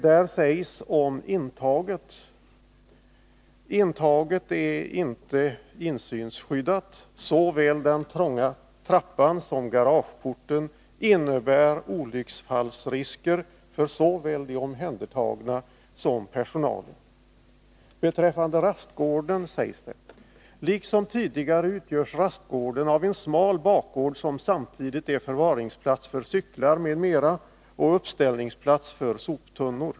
Där sägs om intaget: ”Fortfarande är intaget ej insynsskyddat och såväl den trånga trappan som garageporten innebär ——— olycksfallsrisker för såväl de omhändertagna som för personalen.” Beträffande rastgården sägs det: ”Liksom tidigare utgörs rastgården av en smal bakgård som samtidigt är 43 förvaringsplats för cyklar mm och uppställningsplats för soptunnor.